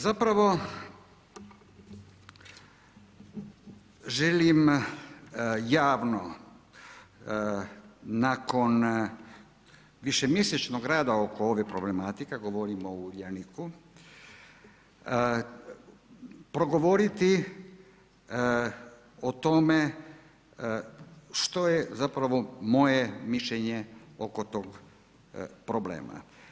Zapravo želim javno nakon višemjesečnog rada oko ove problematike a govorimo o Uljaniku, progovoriti o tome što je zapravo moje mišljenje oko tog problema.